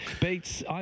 beats